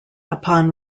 upon